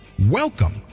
Welcome